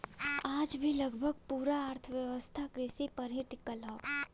आज भी लगभग पूरा अर्थव्यवस्था कृषि पर ही टिकल हव